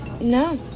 No